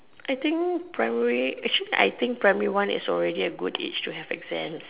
I think primary actually I think primary one is already a good age to have exams